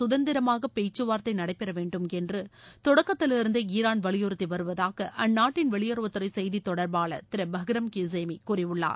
சுதந்திரமாக பேச்சுவார்த்தை நடைபெறவேண்டும என்று தொடக்கத்திலிருந்தே ஈரான் வலியுறுத்தி வருவதாக அந்நாட்டின் வெளியுறவுத்துறை செய்தி தொடர்பாளா் திரு பஹ்ரம் கியுசேமி கூறியுள்ளார்